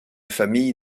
famille